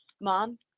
mom